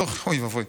אוי ואבוי,